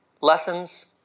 lessons